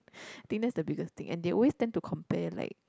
think that's the biggest thing and they always tend to compare like